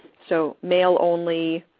so, mail only,